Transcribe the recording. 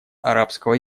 арабского